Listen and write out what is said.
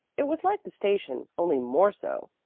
it was like the station, only more so,